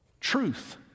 Truth